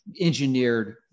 engineered